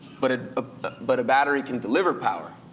but ah ah but a battery can deliver power